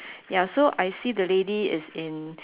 ya so I see the lady is in